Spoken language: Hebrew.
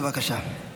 בבקשה.